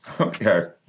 okay